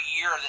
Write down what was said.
year